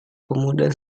pemuda